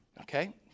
Okay